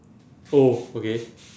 oh okay